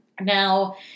Now